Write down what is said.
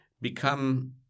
become